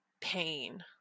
pain